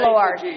Lord